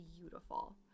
beautiful